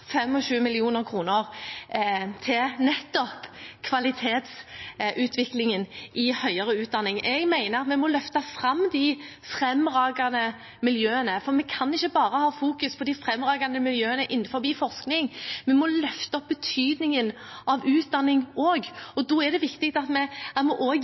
til nettopp kvalitetsutviklingen i høyere utdanning. Jeg mener at vi må løfte fram de fremragende miljøene, for vi kan ikke bare fokusere på de fremragende miljøene innen forskning. Vi må også løfte betydningen av utdanning,